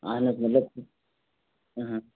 اہن حظ مطلب